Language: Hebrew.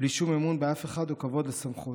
בלי שום אמון לאף אחד או כבוד לסמכות,